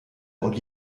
und